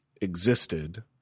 existed